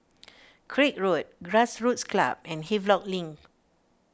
Craig Road Grassroots Club and Havelock Link